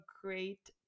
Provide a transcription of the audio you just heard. great